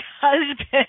husband